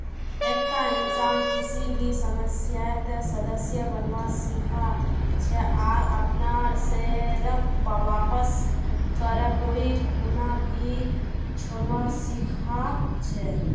एकता इंसान किसी भी समयेत सदस्य बनवा सीखा छे आर अपनार शेयरक वापस करे कोई खूना भी छोरवा सीखा छै